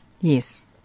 Yes